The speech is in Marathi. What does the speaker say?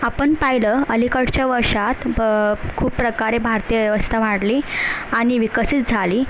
आपण पाहिलं अलीकडच्या वर्षात खूप प्रकारे भारतीय व्यवस्था वाढली आणि विकसित झाली